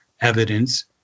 evidence